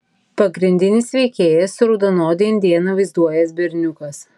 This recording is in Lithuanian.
pagrindinis veikėjas raudonodį indėną vaizduojąs berniukas